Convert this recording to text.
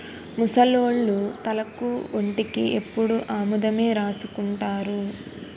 ముసలోళ్లు తలకు ఒంటికి ఎప్పుడు ఆముదమే రాసుకుంటారు